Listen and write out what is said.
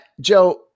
Joe